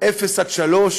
מגיל אפס עד שלוש.